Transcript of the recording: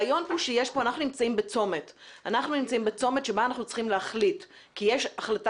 אנחנו נמצאים בצומת בה אנחנו צריכים להחליט כי יש החלטת